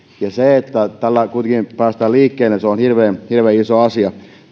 ja se että tällä kuitenkin päästään liikkeelle on hirveän hirveän iso asia